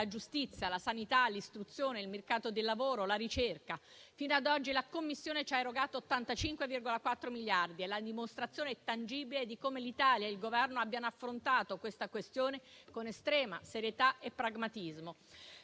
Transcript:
giustizia, la sanità, l'istruzione, il mercato del lavoro e la ricerca. Fino ad oggi la Commissione ci ha erogato 85,4 miliardi. È la dimostrazione tangibile di come l'Italia e il Governo abbiano affrontato tale questione con estrema serietà e pragmatismo.